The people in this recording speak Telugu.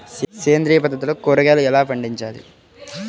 సేంద్రియ పద్ధతిలో కూరగాయలు ఎలా పండించాలి?